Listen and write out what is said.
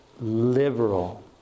liberal